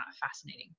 fascinating